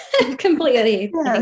Completely